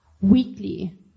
weekly